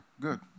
good